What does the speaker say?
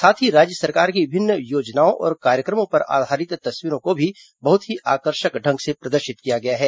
साथ ही राज्य सरकार की विभिन्न योजनाओं और कार्यक्रमों पर आधारित तस्वीरों को भी बहुत ही आकर्षक ढंग से प्रदर्शित किया गया है